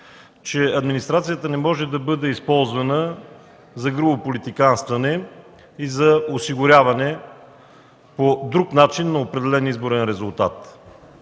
че администрацията не може да бъде използвана за грубо политиканстване и за осигуряване по друг начин на определен изборен резултат.